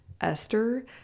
Esther